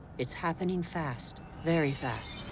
it's happening fast, very fast.